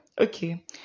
okay